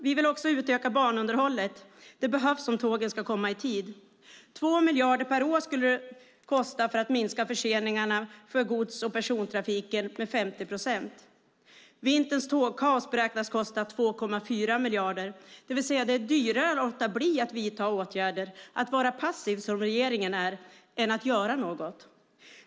Vi vill också utöka banunderhållet. Det behövs om tågen ska komma i tid. 2 miljarder per år skulle det kosta att minska förseningarna i gods och persontrafiken med 50 procent. Vinterns tågkaos beräknas kosta 2,4 miljarder, det vill säga att det är dyrare att låta bli att vidta åtgärder, att vara passiv som regeringen är, än att göra något.